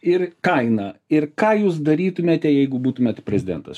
ir kainą ir ką jūs darytumėte jeigu būtumėt prezidentas